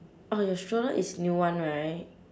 orh your stroller is new one right